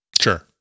Sure